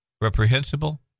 reprehensible